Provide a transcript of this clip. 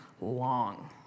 long